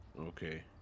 Okay